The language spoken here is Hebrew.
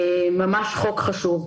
זה חוק ממש חשוב.